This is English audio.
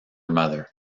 mother